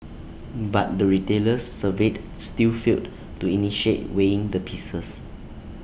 but the retailers surveyed still failed to initiate weighing the pieces